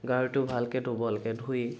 গাহৰিটো ভালকে ধুব লাগে ধুই